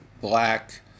black